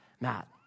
Matt